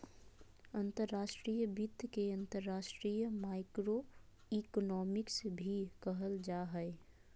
अंतर्राष्ट्रीय वित्त के अंतर्राष्ट्रीय माइक्रोइकोनॉमिक्स भी कहल जा हय